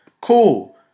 cool